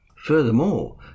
Furthermore